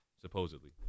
supposedly